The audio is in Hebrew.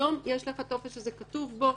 היום יש טופס שזה כתוב בו.